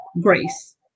grace